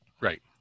Right